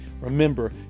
Remember